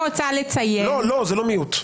לא לא, זה לא מיעוט.